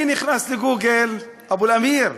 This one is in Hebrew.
אני נכנס לגוגל, אבו אל-אמיר,